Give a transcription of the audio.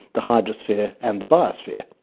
the hydrosphere and the biosphere.